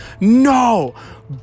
no